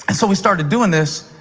and so we started doing this.